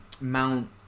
Mount